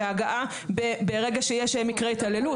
והגעה ברגע שיש מקרי התעללות.